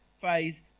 phase